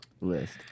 list